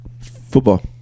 Football